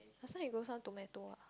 last time he grow some tomato ah